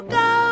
go